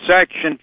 Section